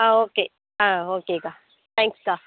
okay ஆ ஓகேக்கா தேங்க்ஸ்க்கா